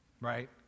right